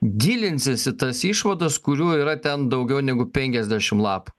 gilinsis į tas išvadas kurių yra ten daugiau negu penkiasdešim lapų